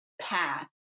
path